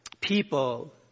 People